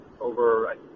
over